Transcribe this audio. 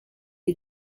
est